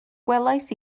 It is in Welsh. gwelais